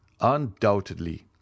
undoubtedly